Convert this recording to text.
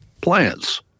plants